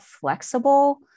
flexible